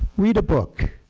read a book.